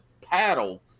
paddle